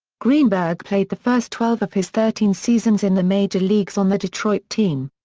greenberg played the first twelve of his thirteen seasons in the major leagues on the detroit team.